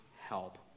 help